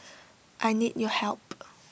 I need your help